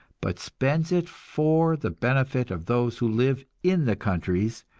but spends it for the benefit of those who live in the countries,